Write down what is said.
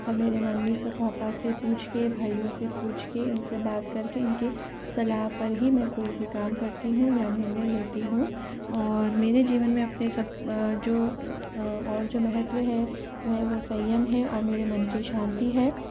तो मेरे मम्मी पापा से पूछ के भाइयों से पूछ के उनसे बात करके इनके सलाह पर ही मैं कोई भी काम करती हूँ या निर्णय लेती हूँ और मेरे जीवन में अपने सब जो और जो महत्व है वह वो संयम है और मेरे मन की शांति है